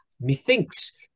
methinks